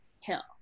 hill